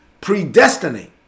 predestinate